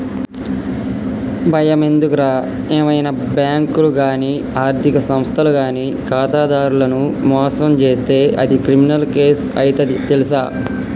బయమెందుకురా ఏవైనా బాంకులు గానీ ఆర్థిక సంస్థలు గానీ ఖాతాదారులను మోసం జేస్తే అది క్రిమినల్ కేసు అయితది తెల్సా